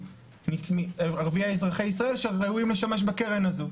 מקרב הערבים אזרחי ישראל שראויים לשמש בקרן הזו.